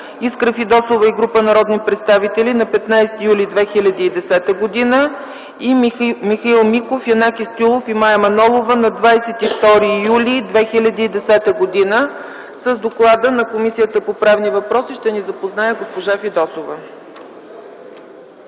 Искра Фидосова и група народни представители – на 15 юли 2010 г.; и Михаил Миков, Янаки Стоилов и Мая Манолова – на 22 юли 2010 г. С доклада на Комисията по правни въпроси ще ни запознае госпожа Фидосова.